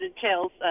details